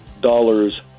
dollars